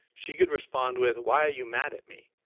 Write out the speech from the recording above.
she could respond with, why are you mad at me?